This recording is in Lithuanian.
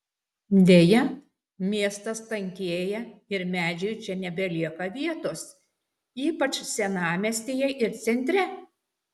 deja miestas tankėja ir medžiui čia nebelieka vietos ypač senamiestyje ir centre